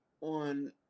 on